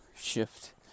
shift